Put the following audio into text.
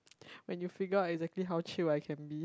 when you figured out exactly how chill I can be